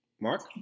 Mark